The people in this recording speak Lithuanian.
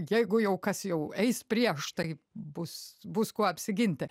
jeigu jau kas jau eis prieš tai bus bus kuo apsiginti